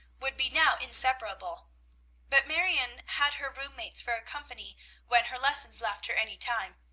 would be now inseparable but marion had her room-mates for company when her lessons left her any time,